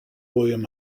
william